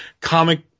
comic